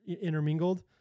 intermingled